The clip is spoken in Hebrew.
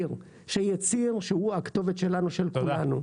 שיהיה ציר שהוא הכתובת שלנו של כולנו.